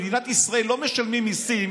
במדינת ישראל לא משלמים מיסים